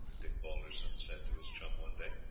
dick balderson said to his chum one day,